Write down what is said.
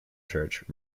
church